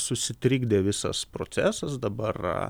susitrigdė visas procesas dabar